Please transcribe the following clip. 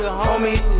homie